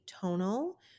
tonal